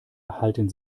erhalten